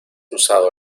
usado